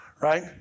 right